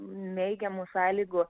neigiamų sąlygų